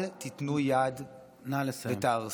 אל תיתנו יד ותהרסו.